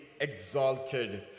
exalted